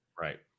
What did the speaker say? Right